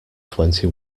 twenty